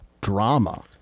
drama